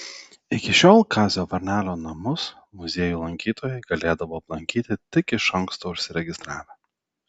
iki šiol kazio varnelio namus muziejų lankytojai galėdavo aplankyti tik iš anksto užsiregistravę